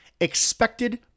Expected